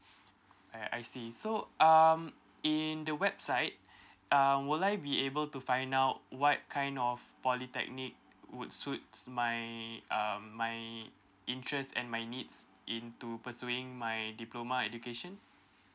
I I see so um in the website um will I be able to find out what kind of polytechnic would suits my um my interest and my needs in to pursuing my diploma education